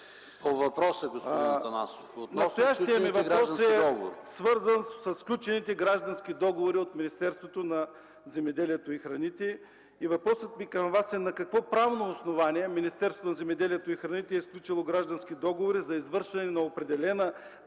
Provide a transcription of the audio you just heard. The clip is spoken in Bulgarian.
Настоящият ми въпрос е свързан със сключени граждански договори от Министерството на земеделието и храните. Въпросът ми е: на какво правно основание Министерството на земеделието и храните е сключило граждански договори за извършване на определена